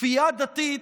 כפייה דתית